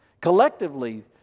Collectively